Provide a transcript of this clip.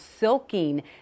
silking